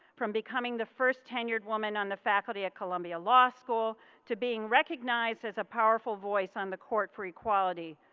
from becoming the first tenured woman on the faculty of columbia law school to being recognized as a powerful voice on the court for equality,